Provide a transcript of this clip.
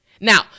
Now